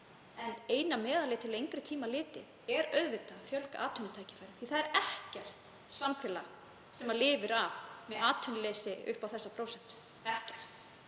En eina meðalið til lengri tíma litið er auðvitað að fjölga atvinnutækifærum því að það er ekkert samfélag sem lifir af með atvinnuleysi upp á þessa prósentu, ekkert.